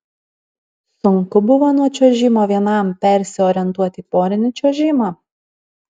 sunku buvo nuo čiuožimo vienam persiorientuoti į porinį čiuožimą